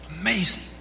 Amazing